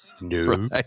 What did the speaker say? No